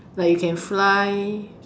like you can fly